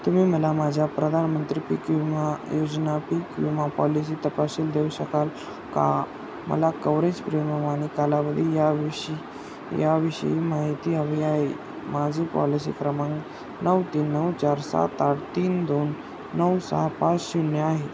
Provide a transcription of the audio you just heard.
तुम्ही मला माझ्या प्रधानमंत्री पीक विमा योजना पीक विमा पॉलिसी तपशील देऊ शकाल का मला कवरेज प्रीमियम आणि कालावधी या विषयी याविषयी माहिती हवी आहे माझी पॉलिसी क्रमांक नऊ तीन नऊ चार सात आठ तीन दोन नऊ सहा पाच शून्य आहे